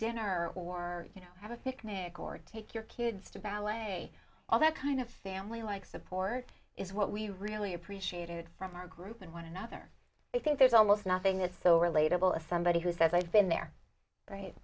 dinner or you know have a picnic or take your kids to ballet all that kind of family like support is what we really appreciated from our group and one another i think there's almost nothing that's so relatable if somebody who is that they've been there right